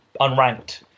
unranked